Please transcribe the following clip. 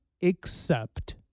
except-